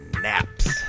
naps